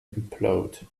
implode